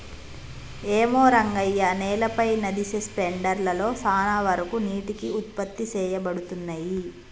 ఏమో రంగయ్య నేలపై నదిసె స్పెండర్ లలో సాన వరకు నీటికి ఉత్పత్తి సేయబడతున్నయి